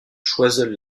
choiseul